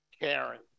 Karen